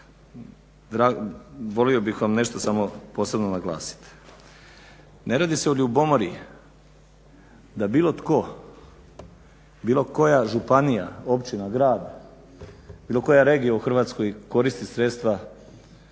volio bih vam nešto samo posebno naglasiti. Ne radi se o ljubomori da bilo tko bilo koja županija, općina, grad bilo koja regija u Hrvatskoj koristi sredstva